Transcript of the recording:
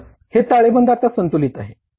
तर हे ताळेबंद आता संतुलित आहे